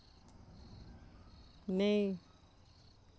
नेईं